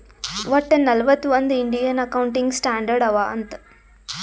ವಟ್ಟ ನಲ್ವತ್ ಒಂದ್ ಇಂಡಿಯನ್ ಅಕೌಂಟಿಂಗ್ ಸ್ಟ್ಯಾಂಡರ್ಡ್ ಅವಾ ಅಂತ್